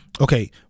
okay